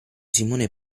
simone